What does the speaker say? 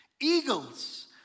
Eagles